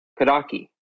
Kadaki